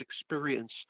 experience